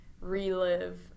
relive